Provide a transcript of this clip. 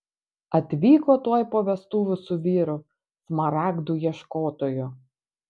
atvyko tuoj po vestuvių su vyru smaragdų ieškotoju